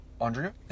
Andrea